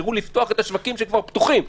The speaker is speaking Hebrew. תקווה.